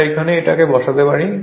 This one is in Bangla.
তাই এখানে এটাকে বসাতে পারি